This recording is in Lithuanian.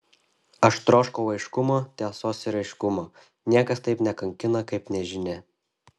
aš troškau aiškumo tiesos ir aiškumo niekas taip nekankina kaip nežinia